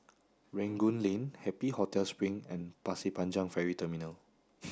Rangoon Lane Happy Hotel Spring and Pasir Panjang Ferry Terminal